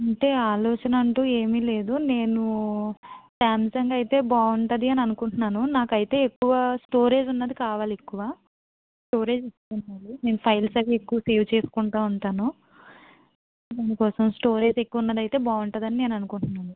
అంటే ఆలోచన అంటు ఏమీ లేదు నేను సామ్సంగ్ అయితే బాగుటుంది అని అనుకుంటాను నాకు అయితే ఎక్కువ స్టోరేజ్ ఉన్నది కావాలి ఎక్కువ స్టోరేజ్ ఎక్కువ ఉండాలి నేను ఫైల్స్ అవి ఎక్కువ సేవ్ చేసుకుంటు ఉంటాను అందుకోసం స్టోరేజ్ ఎక్కువ ఉన్నది అయితే బాగుంటుంది అని నేను అనుకుంటాను